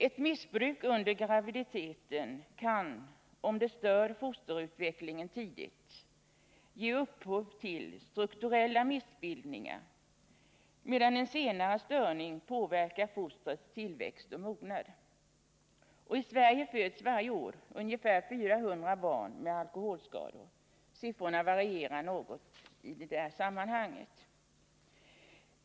Ett missbruk under graviditeten kan, om det stör fosterutvecklingen tidigt, ge upphov till strukturella missbildningar, medan en senare störning påverkar fostrets tillväxt och mögnad. Och i Sverige föds varje år ungefär 400 barn med alkoholskador; siffrorna varierar något.